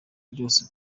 byose